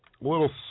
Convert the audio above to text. little